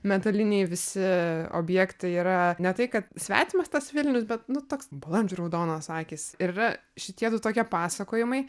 metaliniai visi objektai yra ne tai kad svetimas tas vilnius bet nu toks balandžio raudonos akys ir yra šitie du tokie pasakojimai